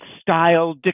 style